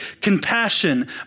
compassion